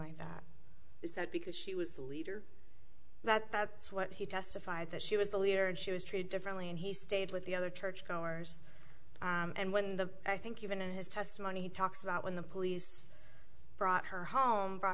like that is that because she was the leader that that's what he testified that she was the leader and she was treated differently and he stayed with the other churchgoers and when the i think even in his testimony he talks about when the police brought her home by